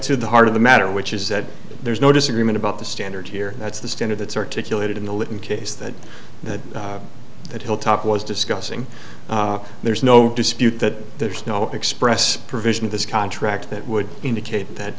to the heart of the matter which is that there's no disagreement about the standard here that's the standard that's articulated in the lytton case that the that hilltop was discussing there's no dispute that there's no express provision of this contract that would indicate that